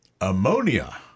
Ammonia